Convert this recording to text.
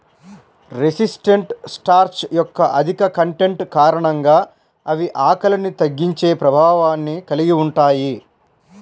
resistant starch యొక్క అధిక content కారణంగా అవి ఆకలిని తగ్గించే ప్రభావాన్ని కలిగి ఉంటాయి